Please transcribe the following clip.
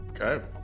Okay